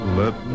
let